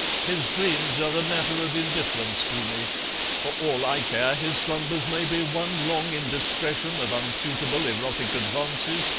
his dreams are a matter of indifference to me for all i care his slumbers may be one long indiscretion of unsuitable erotic advances,